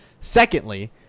Secondly